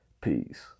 peace